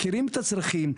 הם מכירים את הצרכים.